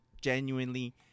genuinely